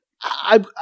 I-